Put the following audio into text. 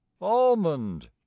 almond